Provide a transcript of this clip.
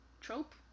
trope